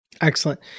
Excellent